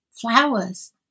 flowers